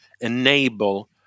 enable